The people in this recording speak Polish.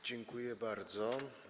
Dziękuję bardzo.